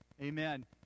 Amen